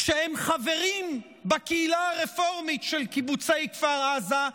כשהם חברים בקהילה הרפורמית של קיבוצי כפר עזה,